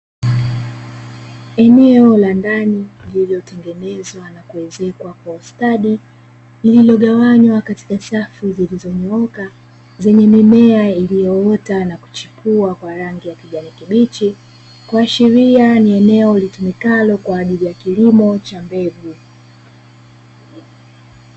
Eneo la ndani lililotengenezwa na kuezekwa kwa ustadi, lililogawanywa katika safu zilizonyooka, zenye mimea iliyoota na kuchipua kwa rangi ya kijani kibichi, kuashiria ni eneo litumikalo kwaajili ya kilimo cha mbegu.